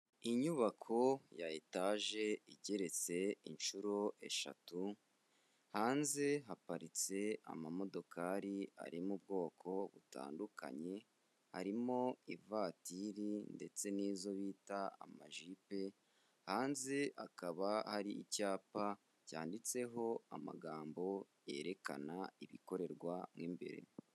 Inyubako ya etaje, igeretse inshuro eshatu, hanze haparitse amamodokari ari mu ubwoko butandukanye, harimo ivatiri ndetse n'izo bita amajipe, hanze hakaba hari icyapa cyanditseho amagambo yerekana, ibikorerwa mo imbere.